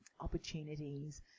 opportunities